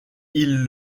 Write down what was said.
ils